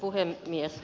arvoisa puhemies